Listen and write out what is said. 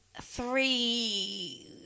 three